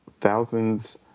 thousands